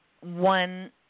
one